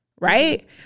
right